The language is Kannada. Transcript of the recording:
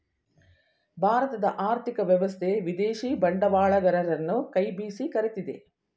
ಭಾರತದ ಆರ್ಥಿಕ ವ್ಯವಸ್ಥೆ ವಿದೇಶಿ ಬಂಡವಾಳಗರರನ್ನು ಕೈ ಬೀಸಿ ಕರಿತಿದೆ